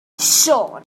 siôn